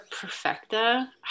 perfecta